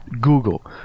Google